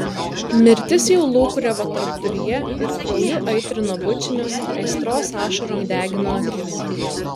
mirtis jau lūkuriavo tarpduryje ir krauju aitrino bučinius aistros ašarom degino akis